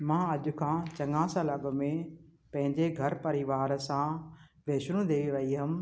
मां अॼु खां चङा साल अॻिमे पंहिंजे घर परिवार सां वैष्णो देवी वई हुअमि